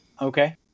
Okay